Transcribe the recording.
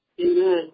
Amen